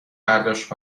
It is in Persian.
برداشت